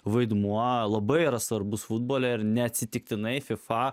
vaidmuo labai svarbus futbole ir neatsitiktinai fifa